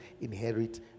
inherit